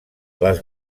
les